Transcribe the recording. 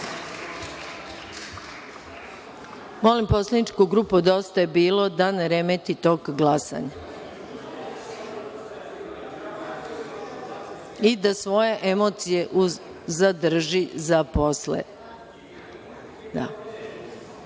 poslaničku grupu Dosta je bilo, da ne remeti tok glasanja i da svoje emocije zadrži za posle. Molim